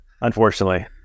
unfortunately